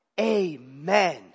Amen